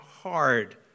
hard